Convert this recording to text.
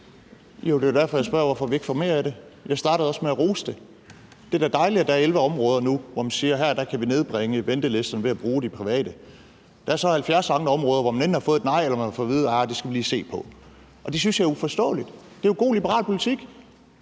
Det er jo derfor, jeg spørger, hvorfor vi ikke får mere af det. Jeg startede også med at rose det. Det er da dejligt, at der nu er 11 områder, hvor man siger, at her kan vi nedbringe ventelisterne ved at bruge de private. Der er så 70 andre områder, hvor man enten har fået et nej, eller hvor man har fået at vide: Arh, det skal vi lige se på. Det synes jeg er uforståeligt. Det er jo god liberal politik: